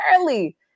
early